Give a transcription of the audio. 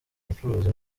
ubucuruzi